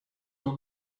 cost